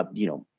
um you know,